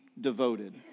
devoted